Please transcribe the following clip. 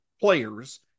players